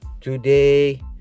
Today